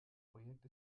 projekt